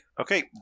Okay